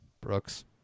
Brooks